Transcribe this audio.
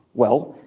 well,